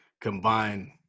combine